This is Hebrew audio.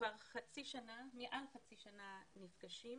מעל חצי שנה נפגשים